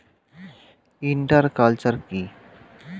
Inter culture কি?